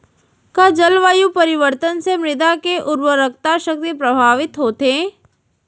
का जलवायु परिवर्तन से मृदा के उर्वरकता शक्ति प्रभावित होथे?